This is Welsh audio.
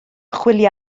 chwilio